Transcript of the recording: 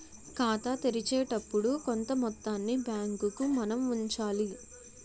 ఖాతా తెరిచేటప్పుడు కొంత మొత్తాన్ని బ్యాంకుకు మనం ఉంచాలి